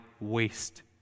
waste